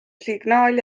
signaal